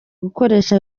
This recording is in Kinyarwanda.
gukoresha